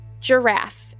Giraffe